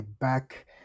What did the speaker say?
back